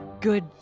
good